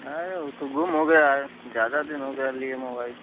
आई ऊ तो गुम हो गया है ज़्यादा दिन हो गया है लिए मोबाईल